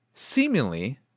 seemingly